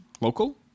Local